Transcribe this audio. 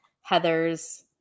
Heather's